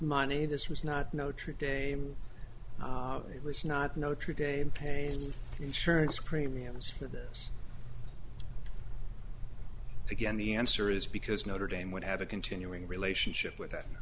money this was not notre dame it was not notre dame pains insurance premiums for this again the answer is because notre dame would have a continuing relationship with